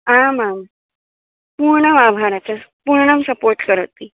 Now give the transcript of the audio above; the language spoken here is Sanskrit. आमां पूर्णं भारतं पूर्णं सपोर्ट् करोति